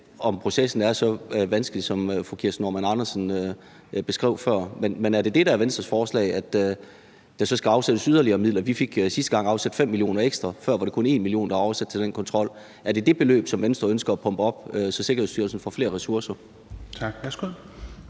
når processen er så vanskelig, som fru Kirsten Normann Andersen beskrev før. Men er det det, der er Venstres forslag, altså at der så skal afsættes yderligere midler? Vi fik sidste gang afsat 5 mio. kr. ekstra. Før var det kun 1 mio. kr., der var afsat til den kontrol. Er det det beløb, som Venstre ønsker at pumpe op, så Sikkerhedsstyrelsen får flere ressourcer? Kl.